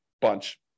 bunch